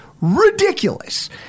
ridiculous